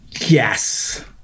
Yes